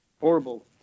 horrible